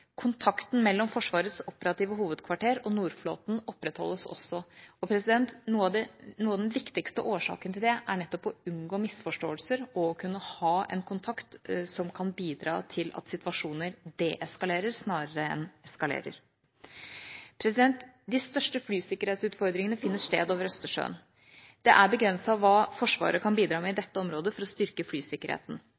Kontakten mellom Forsvarets operative hovedkvarter og nordflåten opprettholdes også. Noe av den viktigste årsaken til det er nettopp å unngå misforståelser og kunne ha en kontakt som kan bidra til at situasjoner deeskalerer snarere enn eskalerer. De største flysikkerhetsutfordringene finner sted over Østersjøen. Det er begrenset hva Forsvaret kan bidra med i dette området for å styrke flysikkerheten.